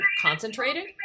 concentrated